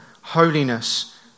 Holiness